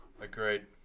agreed